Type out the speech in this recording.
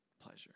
pleasure